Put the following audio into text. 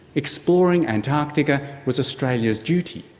exploring antarctica was australia's duty,